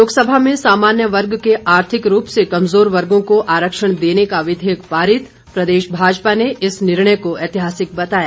लोकसभा में सामान्य वर्ग के आर्थिक रूप से कमजोर वर्गो को आरक्षण देने का विधेयक पारित प्रदेश भाजपा ने इस निर्णय को ऐतिहासिक बताया